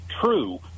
true